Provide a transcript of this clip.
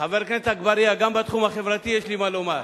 גם בתחום החברתי יש לי מה לומר.